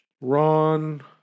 Ron